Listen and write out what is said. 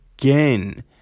again